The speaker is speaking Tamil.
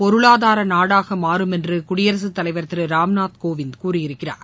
பொருளாதார நாடாக மாறும் என்று குடியரசுத்தலைவா் திரு ராம்நாத் கோவிந்த் கூறியிருக்கிறார்